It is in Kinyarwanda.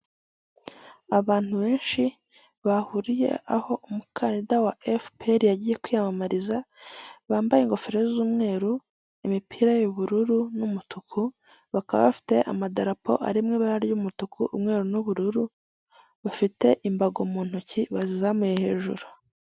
Urujya ni uruza rw'abantu bari kwamamaza umukandida mu matora y'umukuru w'igihugu bakaba barimo abagabo ndetse n'abagore, bakaba biganjemo abantu bambaye imyenda y'ibara ry'icyatsi, bari mu ma tente arimo amabara y'umweru, icyatsi n'umuhondo, bamwe bakaba bafite ibyapa biriho ifoto y'umugabo wambaye kositime byanditseho ngo tora, bakaba bacyikijwe n'ibiti byinshi ku musozi.